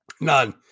None